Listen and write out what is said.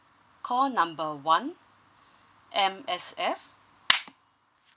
call number one M_S_F